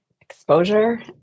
exposure